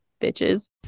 bitches